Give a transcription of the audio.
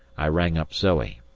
i rang up zoe.